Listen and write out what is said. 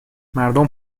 مردم